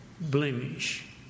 blemish